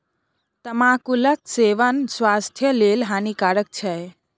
तमाकुलक सेवन स्वास्थ्य लेल हानिकारक छै